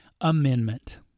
amendment